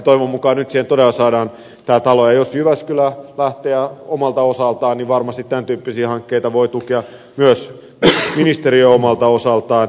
toivon mukaan nyt siihen todella saadaan tämä talo ja jos jyväskylä lähtee omalta osaltaan niin varmasti tämäntyyppisiä hankkeita voi tukea myös ministeriö omalta osaltaan